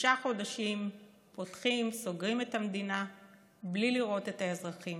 שישה חודשים פותחים וסוגרים את המדינה בלי לראות את האזרחים,